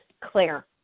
Claire